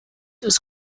ist